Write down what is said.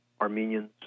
Armenians